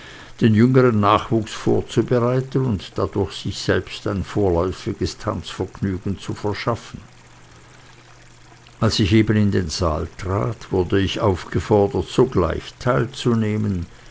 den jüngern nachwuchs vorzubereiten und dadurch sich selbst ein vorläufiges tanzvergnügen zu verschaffen als ich in den saal trat wurde ich aufgefordert sogleich teilzunehmen